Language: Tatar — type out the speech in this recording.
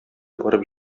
барып